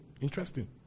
Interesting